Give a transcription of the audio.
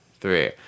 three